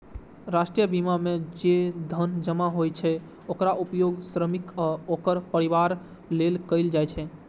राष्ट्रीय बीमा मे जे धन जमा होइ छै, ओकर उपयोग श्रमिक आ ओकर परिवार लेल कैल जाइ छै